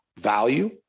value